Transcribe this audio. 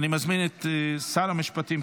אני מזמין את שר המשפטים,